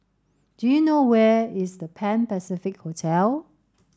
do you know where is The Pan Pacific Hotel